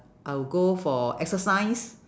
I will go for exercise